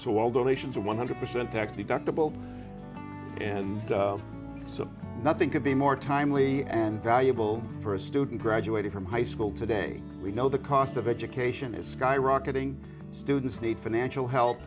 so all donations are one hundred percent tax deductible so nothing could be more timely and valuable for a student graduating from high school today we know the cost of education is skyrocketing students need financial help